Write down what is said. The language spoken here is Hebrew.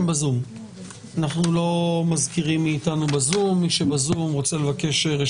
והדיון שאנחנו מקיימים היום בעיניי נוגע בלב